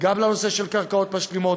גם לנושא של קרקעות משלימות,